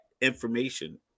information